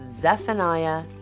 Zephaniah